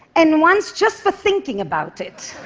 and once just for thinking about it.